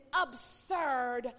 absurd